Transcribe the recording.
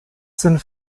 sind